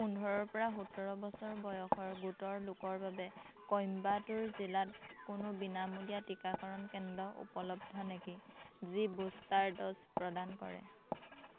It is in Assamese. পোন্ধৰৰ পৰা সোতৰ বছৰ বয়সৰ গোটৰ লোকৰ বাবে কইম্বাটুৰ জিলাত কোনো বিনামূলীয়া টীকাকৰণ কেন্দ্ৰ উপলব্ধ নেকি যি বুষ্টাৰ ড'জ প্ৰদান কৰে